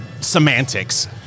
semantics